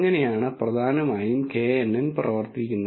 അങ്ങനെയാണ് പ്രധാനമായും knn പ്രവർത്തിക്കുന്നത്